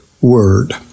word